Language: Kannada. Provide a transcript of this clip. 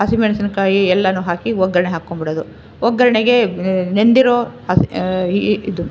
ಹಸಿ ಮೆಣಸಿನ್ಕಾಯಿ ಎಲ್ಲನು ಹಾಕಿ ಒಗ್ಗರಣೆ ಹಾಕ್ಕೊಂಡ್ಬಿಡೋದು ಒಗ್ಗರಣೆಗೆ ನೆನೆದಿರೊ ಹಸಿ ಇದು